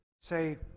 say